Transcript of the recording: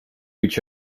each